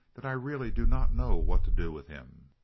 that i really do not know what to do with him.